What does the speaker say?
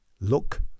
look